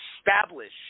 establish